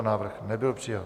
Návrh nebyl přijat.